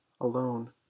alone